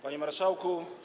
Panie Marszałku!